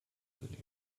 limb